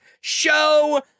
show